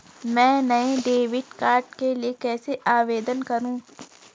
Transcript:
मैं नए debit card के लिए कैसे आवेदन करूं?